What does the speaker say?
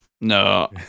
No